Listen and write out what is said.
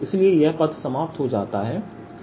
इसलिए यह पद समाप्त हो जाता है